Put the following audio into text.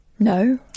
No